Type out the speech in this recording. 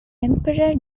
emperor